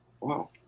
Wow